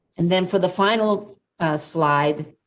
and then for the final slide,